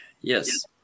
Yes